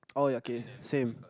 oh ya K same